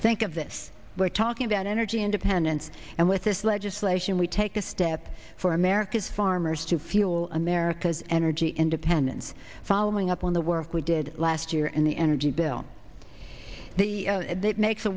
think of this we're talking about energy independence and with this legislation we take a step for america's farmers to fuel america's energy independence following up on the work we did last year in the energy bill the that makes a